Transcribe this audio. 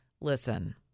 Listen